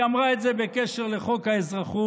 היא אמרה את זה בהקשר של חוק האזרחות.